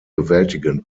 bewältigen